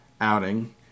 outing